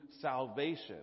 salvation